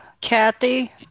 Kathy